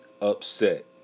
upset